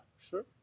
Sure